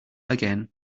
again